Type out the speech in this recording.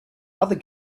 other